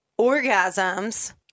orgasms